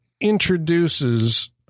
introduces